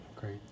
great